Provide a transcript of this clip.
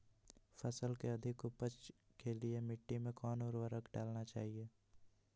फसल के अधिक उपज के लिए मिट्टी मे कौन उर्वरक डलना चाइए?